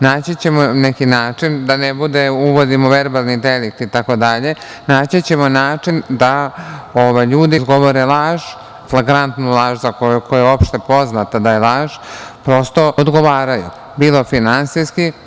Naći ćemo neki način da ne bude – uvodimo verbalni delikti itd, da ljudi koji izgovore laž, flagrantnu laž za koju je opšte poznato da je laž prosto odgovaraju bilo finansijski.